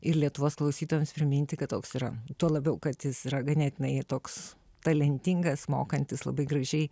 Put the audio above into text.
ir lietuvos klausytojams priminti kad toks yra tuo labiau kad jis yra ganėtinai toks talentingas mokantis labai gražiai